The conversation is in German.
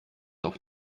auf